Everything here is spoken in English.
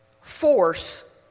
force